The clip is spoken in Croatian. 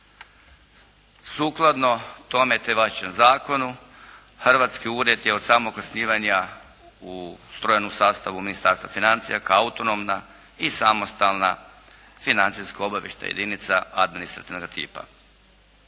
Sukladno tome te važećem zakonu hrvatski ured je od samog osnivanja ustrojen u sastavu Ministarstva financija kao autonomna i samostalna financijsko-obavještajna jedinica administrativnoga tipa.